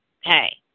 Hey